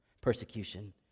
Persecution